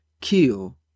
kill